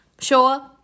Sure